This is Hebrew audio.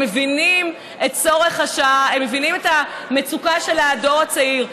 הם מבינים את צורך השעה ומבינים את המצוקה של הדור הצעיר.